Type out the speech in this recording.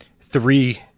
three